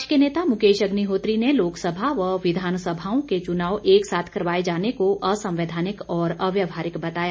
विपक्ष के नेता मुकेश अग्निहोत्री ने लोकसभा व विधानसभाओं के चुनाव एक साथ करवाए जाने को असंवैधानिक और अव्यावहारिक बताया